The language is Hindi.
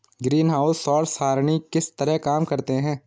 ग्रीनहाउस सौर सरणी किस तरह काम करते हैं